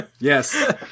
Yes